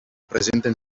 presenten